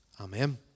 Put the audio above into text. Amen